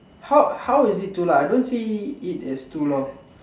how how is it too long I don't see it as too long